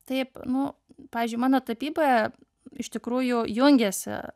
taip nu pavyzdžiui mano tapyboje iš tikrųjų jungiasi